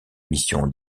mission